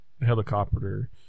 helicopter